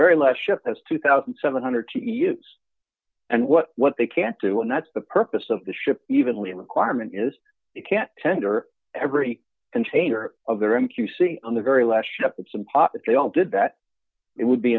very last ship has two thousand seven hundred to use and what what they can't do and that's the purpose of the ship even requirement is you can't tender every container of the ramp you see on the very last ships and pop they all did that it would be